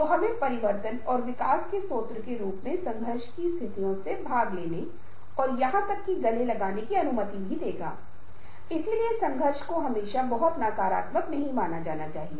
आप देखते हैं कि सीखने की प्रक्रिया इन सभी के साथ सहकारी शिक्षा की एक प्रक्रिया है जो सर्वेक्षण हमने आपके साथ किया है हमारे साथ आपके द्वारा की गई विभिन्न चर्चाएँ हमें बहुत सी बातें सिखाती हैं